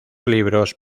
libros